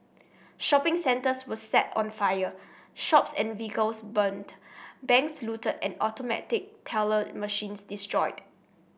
shopping centres were set on fire shops and vehicles burnt banks looted and automatic teller machines destroyed